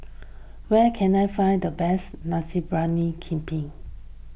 where can I find the best Nasi Briyani Kambing